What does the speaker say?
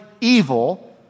evil